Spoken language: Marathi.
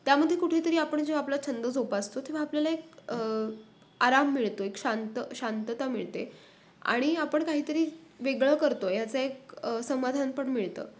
त्यामध्ये कुठेतरी आपण जो आपला छंद जोपासतो तेव्हा आपल्याला एक आराम मिळतो एक शांत शांतता मिळते आणि आपण काहीतरी वेगळं करतो याचं एक समाधान पण मिळतं